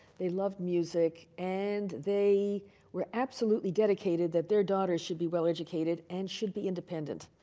they loved music, and they were absolutely dedicated that their daughters should be well educated and should be independent.